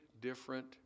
different